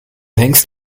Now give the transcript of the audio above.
hängst